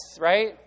right